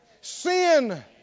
sin